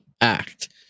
act